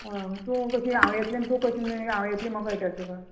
हय तूं कशी हांव येतली आनी तूं कशी हांव येतलें म्हणोन कळटलें तुका